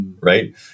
right